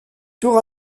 tour